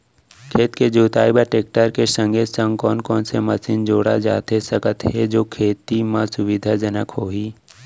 खेत के जुताई बर टेकटर के संगे संग कोन कोन से मशीन जोड़ा जाथे सकत हे जो खेती म सुविधाजनक होही?